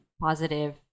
positive